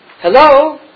Hello